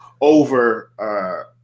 over